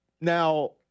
now